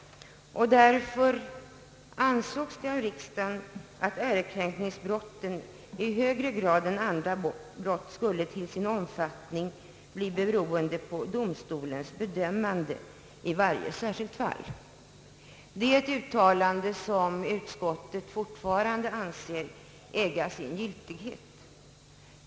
Därför ansågs det av riksdagen att ärekränkningsbrotten i högre grad än andra brott skulle till sin omfattning bli beroende av domstolens bedömande i varje särskilt fall. Det är ett uttalande som utskottet anser fortfarande äga sin giltighet.